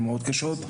מאוד קשות,